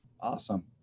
Awesome